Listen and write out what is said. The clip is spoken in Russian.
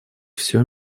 все